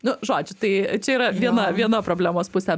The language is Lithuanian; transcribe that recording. nu žodžiu tai čia yra viena viena problemos pusė